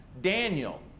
Daniel